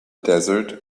desert